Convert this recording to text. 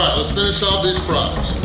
let's finish off these fries!